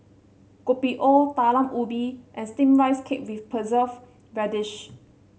Kopi O Talam Ubi and steamed Rice Cake with preserve radish